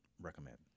recommend